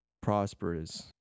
prosperous